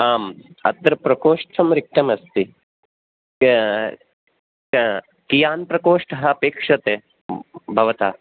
आम् अत्र प्रकोष्ठं रिक्तमस्ति कियान् प्रकोष्ठः अपेक्षते भवता